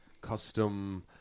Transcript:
custom